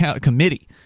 committee